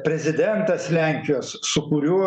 prezidentas lenkijos su kuriuo